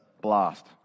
blast